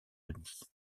denis